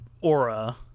aura